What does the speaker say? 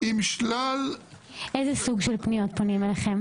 עם שלל --- עם איזה סוג של פניות פונים אליכם?